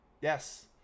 yes